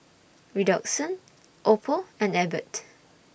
Redoxon Oppo and Abbott